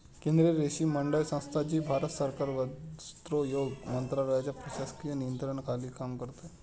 केंद्रीय रेशीम मंडळ संस्था, जी भारत सरकार वस्त्रोद्योग मंत्रालयाच्या प्रशासकीय नियंत्रणाखाली काम करते